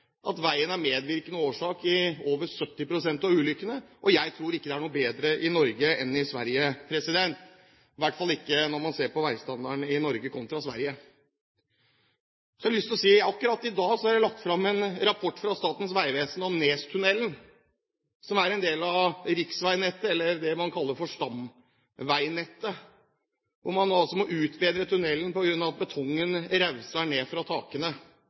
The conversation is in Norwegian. at veien er medvirkende årsak til over 70 pst. av ulykkene. Jeg tror ikke det er noe bedre i Norge enn i Sverige, i hvert fall ikke når man ser på veistandarden i Norge kontra Sverige. Så har jeg lyst til å si at akkurat i dag er det lagt fram en rapport fra Statens vegvesen om Nestunnelen, som er en del av riksveinettet, eller det man kaller for stamveinettet, hvor man må utbedre tunnelen på grunn av at betongen rauser ned fra